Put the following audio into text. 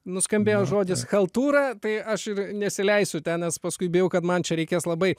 nuskambėjo žodis chaltura tai aš ir nesileisiu ten nes paskui bijau kad man čia reikės labai